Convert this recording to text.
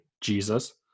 Jesus